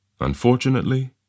Unfortunately